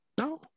No